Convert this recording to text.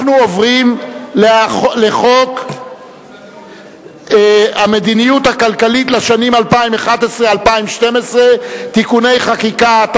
אנחנו עוברים לחוק המדיניות הכלכלית לשנים 2011 ו-2012 (תיקוני חקיקה),